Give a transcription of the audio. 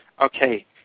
Okay